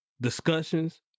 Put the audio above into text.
discussions